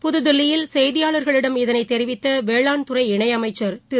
புதுதில்லியில் செய்தியாளர்களிடம் இதனை தெரிவித்த வேளாண்துறை இணையமைச்சர் திரு